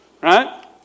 right